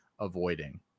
avoiding